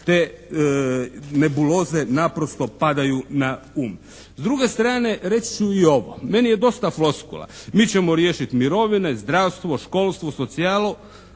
te nebuloze naprosto padaju na um. S druge strane, reći ću i ovo. Meni je dosta foskula. Mi ćemo riješiti mirovine, zdravstvo, školstvo, socijalu